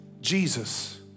Jesus